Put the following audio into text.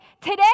today